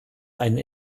eine